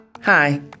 Hi